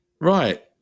Right